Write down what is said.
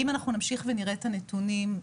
אם אנחנו נמשיך ונראה את הנתונים,